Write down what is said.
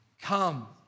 Come